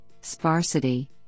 sparsity